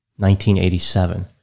1987